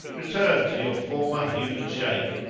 return to your former human shape!